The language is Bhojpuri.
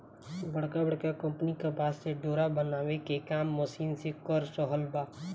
बड़का बड़का कंपनी कपास से डोरा बनावे के काम मशीन से कर रहल बा